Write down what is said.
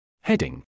Heading